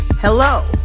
Hello